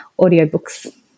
audiobooks